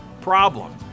problem